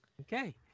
Okay